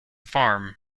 farm